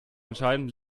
entscheiden